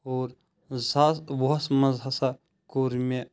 اور زٕساس وُہَس منٛز ہَسا کوٚر مے